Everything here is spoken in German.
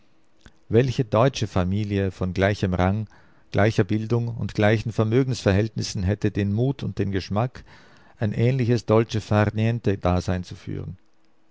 welche deutsche familie von gleichem rang gleicher bildung und gleichen vermögens verhältnissen hätte den mut und den geschmack ein ähnliches dolce far niente dasein zu führen